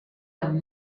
amb